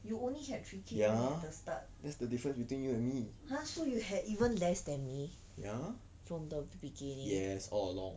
you only had three K at the start !huh! so you had even less than me from the beginning